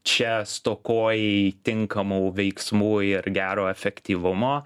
čia stokojai tinkamų veiksmų ir gero efektyvumo